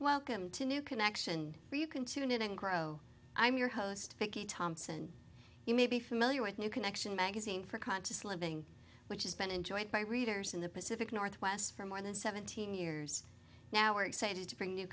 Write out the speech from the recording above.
welcome to new connection where you can tune in and grow i'm your host vicky thompson you may be familiar with new connection magazine for conscious living which has been enjoyed by readers in the pacific northwest for more than seventeen years now are excited to bring new